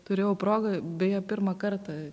turėjau progą beje pirmą kartą